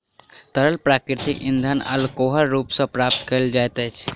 तरल प्राकृतिक इंधन अल्कोहलक रूप मे प्राप्त कयल जाइत अछि